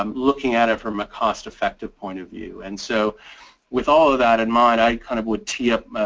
um looking at it from a cost-effective point of view. and so with all of that in mind i kind of would tee up